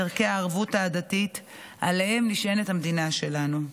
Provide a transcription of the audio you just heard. ערכי הערבות ההדדית שעליהם נשענת המדינה שלנו.